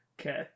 Okay